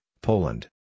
Poland